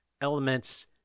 elements